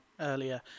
earlier